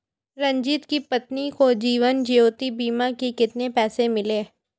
रंजित की पत्नी को जीवन ज्योति बीमा के कितने पैसे मिले?